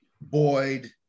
Boyd